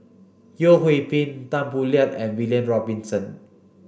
Yeo Hwee Bin Tan Boo Liat and William Robinson